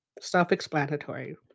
self-explanatory